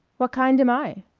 what kind am i?